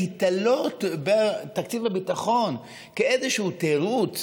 להיתלות בתקציב הביטחון כאיזשהו תירוץ